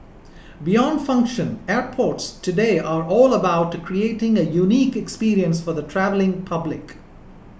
beyond function airports today are all about creating a unique experience for the travelling public